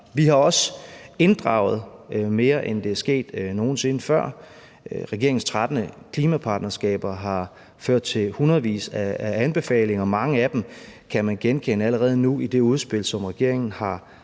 Vi har også inddraget mere, end det er sket nogen sinde før. Regeringens 13 klimapartnerskaber har ført til hundredvis af anbefalinger, og mange af dem kan man genkende allerede nu i det udspil, som regeringen har